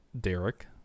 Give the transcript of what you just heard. Derek